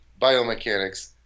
biomechanics